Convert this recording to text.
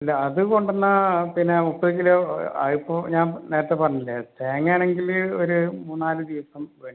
ഇല്ലാ അത് കൊണ്ടുവന്നാൽ പിന്നെ മുപ്പത് കിലോ ആയപ്പോൾ ഞാൻ നേരത്തെ പറഞ്ഞില്ലേ തേങ്ങയാണെങ്കിൽ ഒരു മൂന്നുനാല് ദിവസം വേണ്ടി വരും